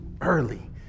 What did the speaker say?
early